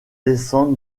descendre